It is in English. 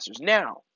Now